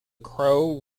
crow